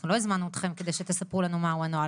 אנחנו לא הזמנו אתכם כדי שתספרו לנו מה הוא הנוהל,